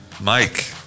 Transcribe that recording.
Mike